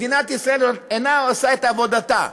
מדינת ישראל אינה עושה את עבודתה.